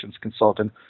consultant